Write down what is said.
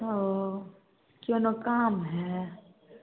ओ से हमरा कहाँ बुझल हइ